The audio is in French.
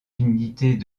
unités